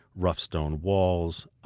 rough stone walls,